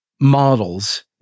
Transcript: models